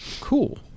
Cool